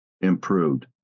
improved